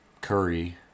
curry